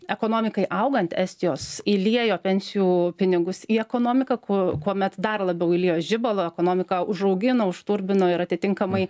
ekonomikai augant estijos įliejo pensijų pinigus į ekonomiką ku kuomet dar labiau įliejo žibalo ekonomiką užaugino užturbino ir atitinkamai